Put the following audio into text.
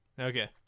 okay